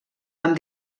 amb